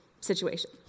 situation